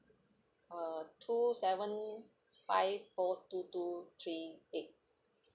uh two seven five four two two three eight